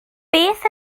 beth